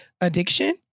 addiction